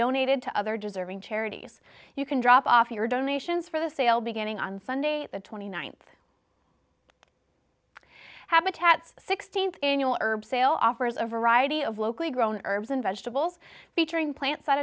donated to other deserving charities you can drop off your donations for the sale beginning on sunday the twenty ninth habitats sixteenth annual herb sale offers a variety of locally grown herbs and vegetables featuring plants that